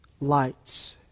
lights